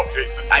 Jason